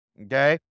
Okay